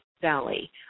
Valley